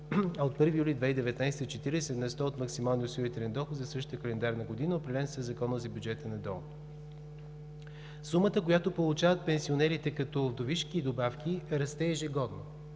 а от 1 юли 2019 г. – 40 на сто от максималния осигурителен доход за същата календарна година, определен със Закона за бюджета на ДОО. Сумата, която получават пенсионерите като вдовишки добавки, расте ежегодно